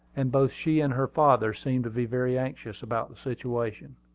and both she and her father seemed to be very anxious about the situation.